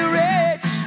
rich